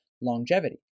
longevity